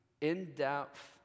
in-depth